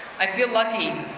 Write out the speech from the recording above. i feel lucky.